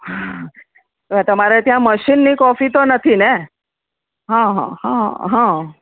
હ તો તમારે ત્યાં મશીનની કોફી તો નથીને હ હ હ હ